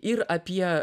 ir apie